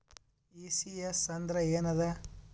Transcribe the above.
ECS ಅಂದ್ರ ಏನದ?